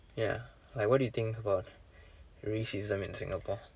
ya like what do you think about racism in Singapore